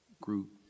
group